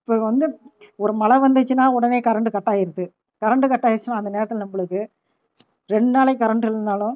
இப்போ வந்து ஒரு மழை வந்துச்சுன்னா உடனே கரண்டு கட் ஆயிருது கரண்டு கட் ஆயிருச்சுன்னா அந்த நேரத்தில் நம்மளுக்கு ரெண்டு நாளைக்கு கரண்டு இல்லைனாலும்